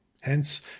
Hence